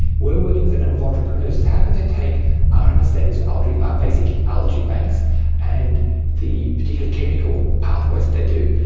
we are working with a number of entrepreneurs, how can they take our understanding of algae, our basic algae banks and the particular chemical pathways that they do,